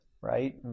right